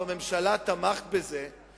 בממשלה תמכת בזה,